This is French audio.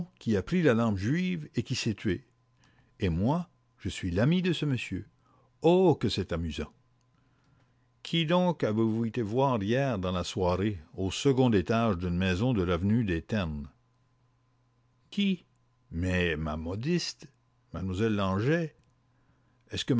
bresson qui s'est tué aurait pris la lampe juive et je serais l'amie de ce monsieur bresson oh que c'est amusant qui donc avez-vous été voir hier dans la soirée au second étage d'une maison de l'avenue des ternes qui mais ma modiste m lle langeais est-ce que